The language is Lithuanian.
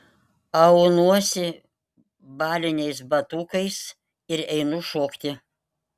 aunuosi baliniais batukais ir einu šokti